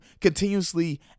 continuously